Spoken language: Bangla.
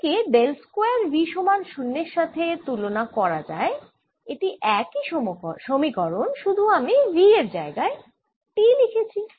একে ডেল স্কয়ার V সমান 0 এর সাথে তুলনা করা যায় এটিই একই সমীকরণ শুধু আমি V এর জায়গায় T লিখেছি